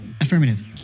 Affirmative